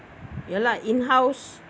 ya lah in house